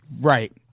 Right